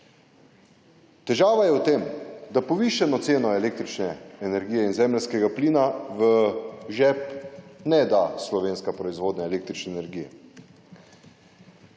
Težava je v tem, da povišano ceno električne energije in zemeljskega plina v žep ne da slovenska proizvodnja električne energije.